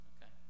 Okay